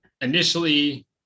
initially